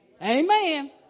Amen